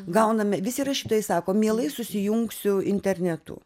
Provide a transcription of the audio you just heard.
gauname visi rašytojai sako mielai susijusiu internetu